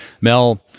Mel